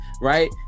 right